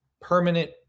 permanent